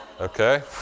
okay